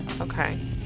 okay